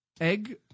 Egg